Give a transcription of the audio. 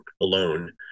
alone